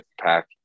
pack